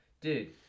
dude